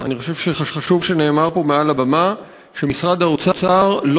אני חושב שחשוב שנאמר פה מעל הבמה שמשרד האוצר לא